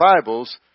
Bibles